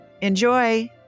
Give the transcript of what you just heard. Enjoy